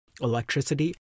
electricity